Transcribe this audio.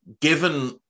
given